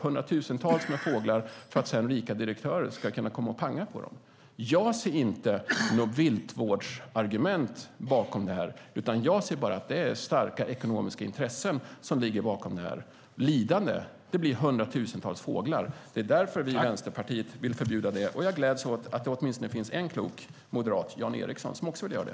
Hundratusentals fåglar föds upp för att rika direktörer sedan ska kunna komma och panga på dem. Jag ser inte något viltvårdsargument bakom det här. I stället ser jag bara att starka ekonomiska intressen ligger bakom detta. Lidande blir hundratusentals fåglar. Därför vill vi i Vänsterpartiet ha ett förbud. Jag gläds åt att det finns åtminstone en klok moderat, Jan Ericsson, som också vill ha det.